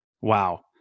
wow